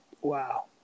Wow